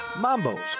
Mambo's